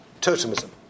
totemism